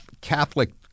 Catholic